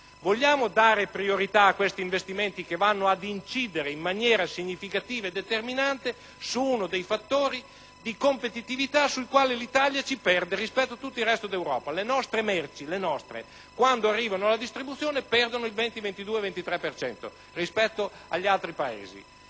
Vogliamo dare priorità a questi investimenti che vanno ad incidere in maniera significativa e determinante su uno dei fattori di competitività sui quali l'Italia perde rispetto a tutto il resto d'Europa? Le nostre merci quando arrivano alla distribuzione perdono circa il 22 per cento rispetto agli altri Paesi.